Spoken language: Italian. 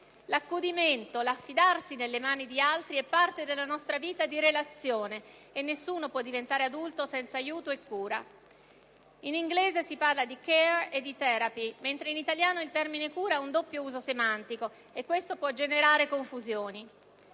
L'accudimento, l'affidarsi nelle mani di altri è parte della nostra vita di relazione e nessuno può diventare adulto senza aiuto e cura. In inglese si parla di «*care*» e di «*therapy*», mentre in italiano il termine cura ha un doppio uso semantico e questo può generare confusioni: